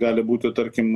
gali būti tarkim